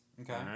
Okay